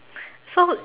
so